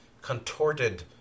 contorted